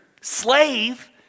slave